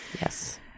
Yes